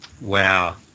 Wow